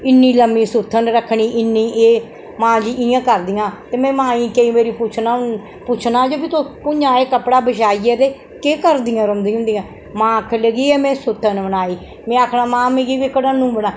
इन्नी लम्मी सुत्थन रक्खनी इन्नी एह् मां जी इयां करदियां ते में मां गी केईं बारी पुच्छना पुच्छना जे ब तुस भुञां कपड़ा बछाइयै ते एह् केह् करदियां रौंह्दियां होंदियां मां आक्खन लगी एह् में सुत्थन बनाई मीं आखना मां मिगी बी घटन्नू बनाई